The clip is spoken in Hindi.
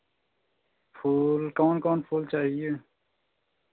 फूल कौन कौन फूल चाहिये